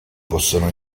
possono